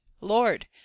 lord